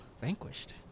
Vanquished